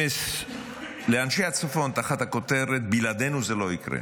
כנס לאנשי הצפון תחת הכותרת: בלעדינו זה לא יקרה.